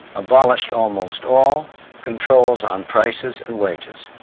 abolished almost all controls on prices and wages.